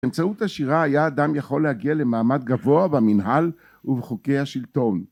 באמצעות השירה היה אדם יכול להגיע למעמד גבוה במנהל ובחוקי השלטון